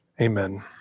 amen